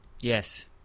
yes